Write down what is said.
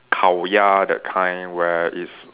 烤鸭 that kind where is